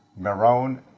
Marone